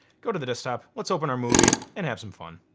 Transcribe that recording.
go to the desktop. let's open our movie and have some fun.